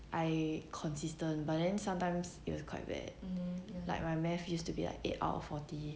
I consistent but then sometimes it was quite bad like my math used to be eight out of forty